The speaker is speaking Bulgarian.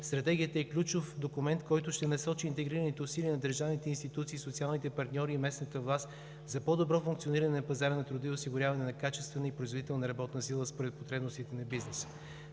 Стратегията е ключов документ, който ще насочи интегрираните усилия на държавните институции, социалните партньори и местната власт за по-добро функциониране на пазара на труда и осигуряване на качествена и производителна работна сила според потребностите на бизнеса.